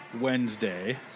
Wednesday